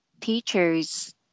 teachers